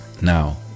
Now